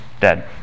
dead